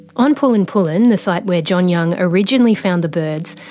on pullen pullen, the site where john young originally found the birds,